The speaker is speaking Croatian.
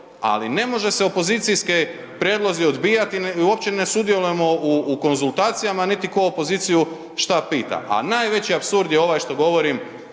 ali ne može se opozicijske prijedloge odbijati. Uopće ne sudjelujemo u konzultacijama niti ko opoziciju šta pita, a najveći apsurd je ovaj što govorim